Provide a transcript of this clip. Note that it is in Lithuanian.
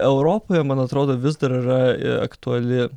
europoje man atrodo vis dar yra aktuali